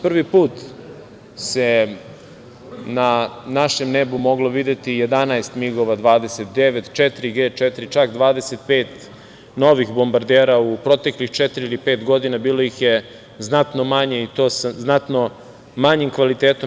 Prvi put se na našem nebu moglo videti 11 MiG-ova 29, četiri G-4, čak 25 novih bombardera u proteklih četiri ili pet godina, bilo ih je znatno manje i sa znatno manjim kvalitetom.